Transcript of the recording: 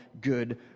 good